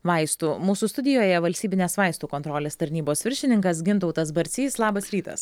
vaistų mūsų studijoje valstybinės vaistų kontrolės tarnybos viršininkas gintautas barcys labas rytas